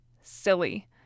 silly